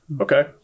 Okay